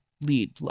lead